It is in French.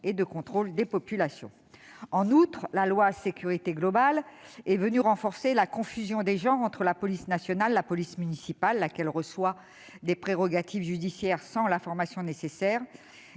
et de contrôle des populations. En outre, la loi Sécurité globale est venue renforcer la confusion des genres entre la police nationale, la police municipale, dont les agents reçoivent des prérogatives judiciaires sans la formation nécessaire,